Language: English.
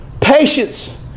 Patience